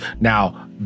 now